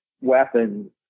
weapons